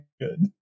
good